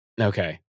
Okay